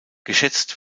geschätzt